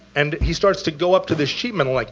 and he starts to go up to this sheet metal. like